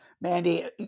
Mandy